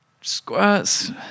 squats